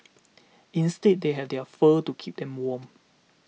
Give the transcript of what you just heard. instead they have their fur to keep them warm